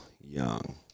Young